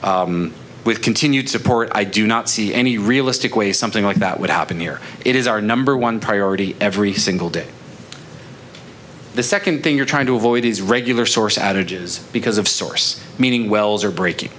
that with continued support i do not see any realistic way something like that would happen here it is our number one priority every single day the second thing you're trying to avoid is regular source adage is because of source meaning wells are breaking